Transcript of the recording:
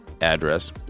address